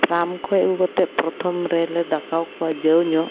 farm ᱠᱷᱚᱱ ᱟᱹᱜᱩ ᱠᱟᱛᱮᱫ ᱯᱨᱚᱛᱷᱚᱢ ᱨᱮᱞᱮ ᱫᱟᱠᱟᱣᱟᱠᱚᱣᱟ ᱡᱟᱹᱣᱧᱚᱜ